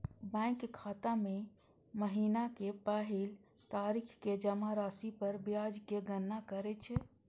bank खाता मे महीनाक पहिल तारीख कें जमा राशि पर ब्याजक गणना करै छै